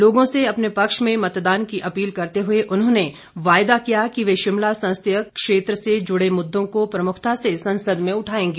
लोगों से अपने पक्ष में मतदान की अपील करते हुए उन्होंने वायदा किया कि वे शिमला संसदीय क्षेत्र से जुड़े मुद्दों को प्रमुखता से संसद में उठायेंगे